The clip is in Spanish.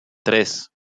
tres